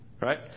Right